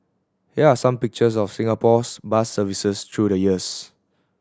here are some pictures of Singapore's bus services through the years